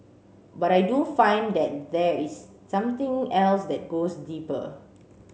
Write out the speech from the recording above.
but I do find that there is something else that goes deeper